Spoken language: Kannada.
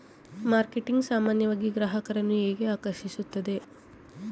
ಮಾರ್ಕೆಟಿಂಗ್ ಸಾಮಾನ್ಯವಾಗಿ ಗ್ರಾಹಕರನ್ನು ಹೇಗೆ ಆಕರ್ಷಿಸುತ್ತದೆ?